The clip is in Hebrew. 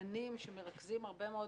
לבניינים שמרכזים הרבה מאוד,